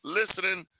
listening